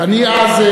ואני אז,